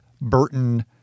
Burton